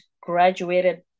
graduated